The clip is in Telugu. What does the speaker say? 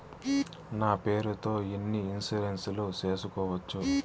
నా పేరుతో ఎన్ని ఇన్సూరెన్సులు సేసుకోవచ్చు?